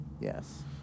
Yes